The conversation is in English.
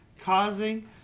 causing